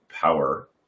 power